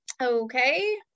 Okay